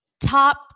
top